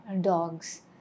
dogs